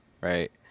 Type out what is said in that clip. right